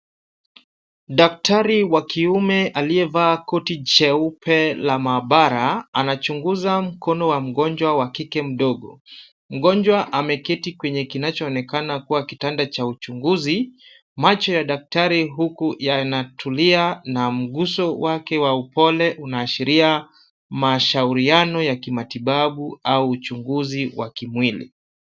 Daktari wa kiume aliyevaa koti jeupe la maabara anachunguza mkono wa mgonjwa wa kike mdogo . Mgonjwa ameketi kwenye kinachoonekana kuwa kitanda cha uchunguzi. Macho ya daktari huku yanatulia na mguso wake wa upole unaashiria mashauriano ya kimatibabu au uchunguzi wa kimwili.